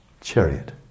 Chariot